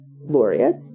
laureate